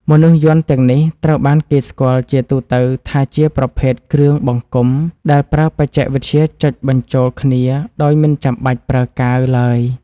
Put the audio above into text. មនុស្សយន្តទាំងនេះត្រូវបានគេស្គាល់ជាទូទៅថាជាប្រភេទគ្រឿងបង្គុំដែលប្រើបច្ចេកវិទ្យាចុចបញ្ចូលគ្នាដោយមិនចាំបាច់ប្រើកាវឡើយ។